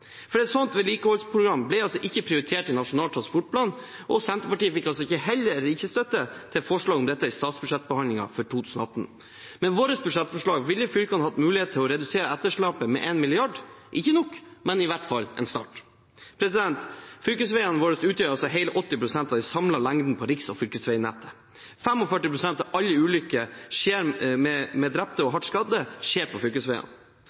for et slikt vedlikeholdsprogram ble ikke prioritert i Nasjonal transportplan. Senterpartiet fikk heller ikke støtte til forslaget om dette i statsbudsjettbehandlingen for 2018. Med våre budsjettforslag ville fylkene hatt mulighet til å redusere etterslepet med 1 mrd. kr – ikke nok, men i hvert fall en start. Fylkesveiene våre utgjør hele 80 pst. av den samlede lengden på riks- og fylkesveinettet. 45 pst. av alle ulykker med drepte og hardt skadde skjer på fylkesveiene.